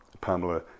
Pamela